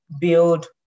build